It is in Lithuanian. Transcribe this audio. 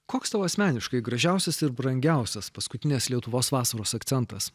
koks tau asmeniškai gražiausias ir brangiausias paskutinės lietuvos vasaros akcentas